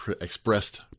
expressed